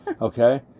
Okay